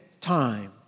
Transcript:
time